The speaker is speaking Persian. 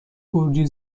گرجی